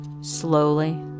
slowly